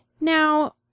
Now